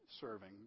serving